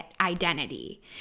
identity